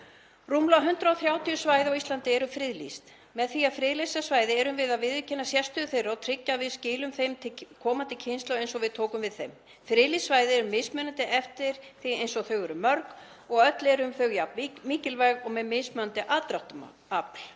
Rúmlega 130 svæði á Íslandi eru friðlýst. Með því að friðlýsa svæði erum við að viðurkenna sérstöðu þeirra og tryggja að við skilum þeim til komandi kynslóða eins og við tókum við þeim. Friðlýst svæði eru eins mismunandi og þau eru mörg og öll eru þau jafn mikilvæg og með mismunandi aðdráttarafl.